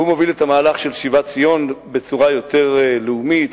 והוא מוביל את המהלך של שיבת ציון בצורה יותר לאומית,